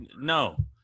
no